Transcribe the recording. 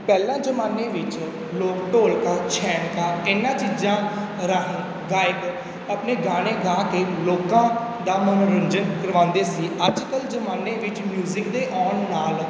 ਪਹਿਲਾਂ ਜ਼ਮਾਨੇ ਵਿੱਚ ਲੋਕ ਢੋਲਕਾਂ ਛੈਣਕਾਂ ਇਹਨਾਂ ਚੀਜ਼ਾਂ ਰਾਹੀਂ ਗਾਇਕ ਆਪਣੇ ਗਾਣੇ ਗਾ ਕੇ ਲੋਕਾਂ ਦਾ ਮਨੋਰੰਜਨ ਕਰਵਾਉਂਦੇ ਸੀ ਅੱਜ ਕੱਲ੍ਹ ਜ਼ਮਾਨੇ ਵਿੱਚ ਮਿਊਜ਼ਿਕ ਦੇ ਆਉਣ ਨਾਲ